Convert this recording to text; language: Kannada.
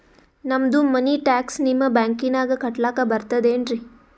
ನಮ್ದು ಮನಿ ಟ್ಯಾಕ್ಸ ನಿಮ್ಮ ಬ್ಯಾಂಕಿನಾಗ ಕಟ್ಲಾಕ ಬರ್ತದೇನ್ರಿ?